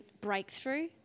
breakthrough